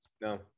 no